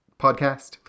podcast